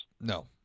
No